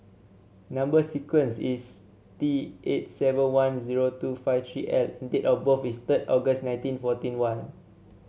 number sequence is T eight seven one zero two five three L date of birth is third August nineteen forty one